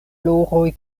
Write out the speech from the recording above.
floroj